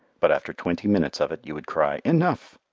but after twenty minutes of it you would cry enough.